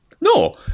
No